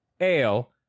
ale